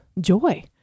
joy